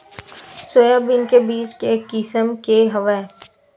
Soybean के बीज के किसम के हवय?